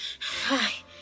Hi